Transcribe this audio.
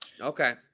okay